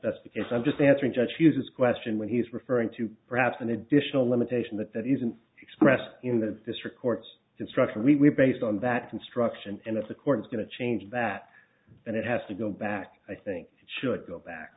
best because i'm just answering judge fuses question when he's referring to perhaps an additional limitation that there isn't expressed in the district court's construction we're based on that construction and that the court is going to change that and it has to go back i think it should go back